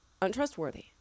untrustworthy